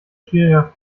schwieriger